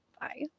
Bye